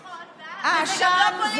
נכון, וזה גם לא פוליטי.